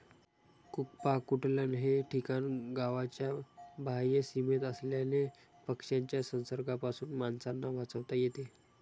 कुक्पाकुटलन हे ठिकाण गावाच्या बाह्य सीमेत असल्याने पक्ष्यांच्या संसर्गापासून माणसांना वाचवता येते